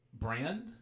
Brand